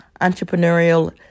Entrepreneurial